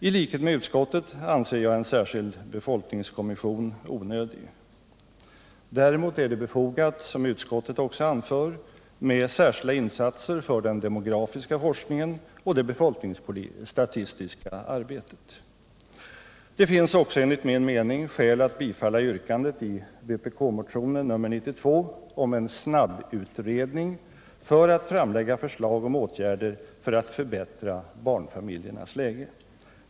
I likhet med utskottet anser jag en särskild befolkningskommission onödig. Däremot är det befogat, som utskottet också anför, med särskilda insatser för den demografiska forskningen och det befolkningsstatistiska arbetet. Det finns enligt min mening också skäl att bifalla yrkandet i vpk-motionen nr 92 om en snabbutredning för att framlägga förslag om åtgärder för att förbättra barnfamiljernas läge.